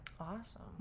Awesome